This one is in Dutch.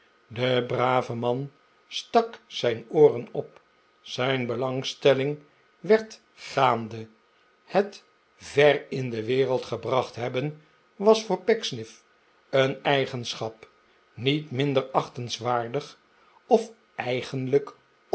de brave man stak zijn ooren op zijn belangstelling werd gaande het ver in de wereld gebracht hebben was voor pecksniff een eigenschap niet minder achtenswaardig of eigenlijk